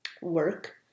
work